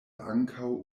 ankaŭ